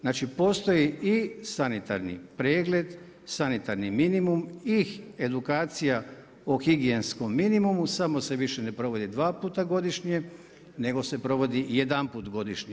Znači postoji i sanitarni pregled, sanitarni minimum i edukacija o higijenskom minimumu samo se više ne provodi dva puta godišnje nego se provodi jedanput godišnje.